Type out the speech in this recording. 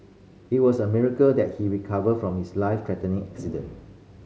it was a miracle that he recovered from his life threatening accident